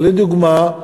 לדוגמה,